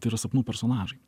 tai yra sapnų personažai